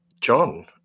John